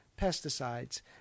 pesticides